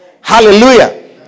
Hallelujah